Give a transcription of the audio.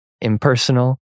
Impersonal